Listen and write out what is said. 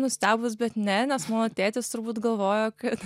nustebus bet ne nes mano tėtis turbūt galvojo kad